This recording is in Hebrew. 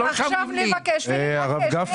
אז עכשיו נבקש ונבקש.